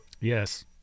Yes